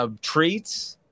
treats